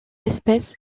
espèce